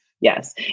yes